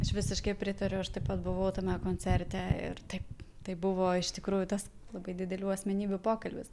aš visiškai pritariu aš taip pat buvau tame koncerte ir taip tai buvo iš tikrųjų tas labai didelių asmenybių pokalbis